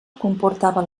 comportava